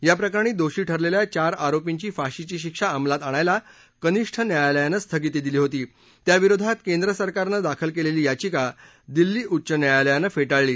याप्रकरणी दोषी ठरलेल्या चार आरोपींची फाशीची शिक्षा अंमलात आणायला कनिष्ठ न्यायालयानं स्थगिती दिली होती त्याविरोधात केंद्रसरकारनं दाखल केलेली याचिका दिल्ली उच्च न्यायालयानं फेटाळली